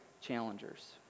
challengers